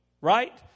right